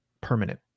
permanent